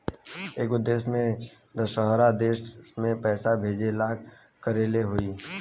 एगो देश से दशहरा देश मे पैसा भेजे ला का करेके होई?